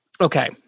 Okay